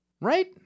Right